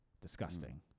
Disgusting